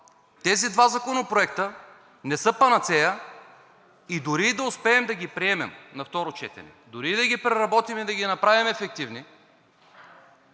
Тези два законопроекта не са панацея и дори да успеем да ги приемем на второ четене, дори да ги преработим и да ги направим ефективни,